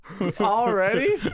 Already